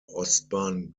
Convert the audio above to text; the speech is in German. ostbahn